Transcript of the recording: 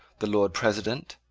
the lord president,